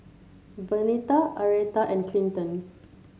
Vernita Arietta and Clinton